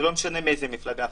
זה לא משנה מאיזה מפלגה,